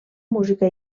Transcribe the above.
música